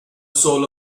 soul